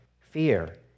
fear